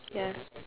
ya